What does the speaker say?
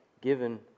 given